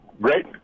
great –